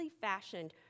fashioned